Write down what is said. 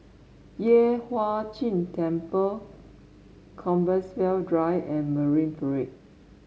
Yueh Hai Ching Temple Compassvale Drive and Marine Parade